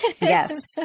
Yes